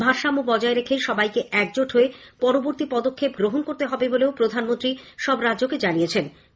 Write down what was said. ভারসাম্য বজায় রেখে সবাইকে একজোট হয়ে পরবর্তী পদক্ষেপ গ্রহণ করতে হবে বলেও প্রধানমন্ত্রী সব রাজ্যকে জানিয়েছেন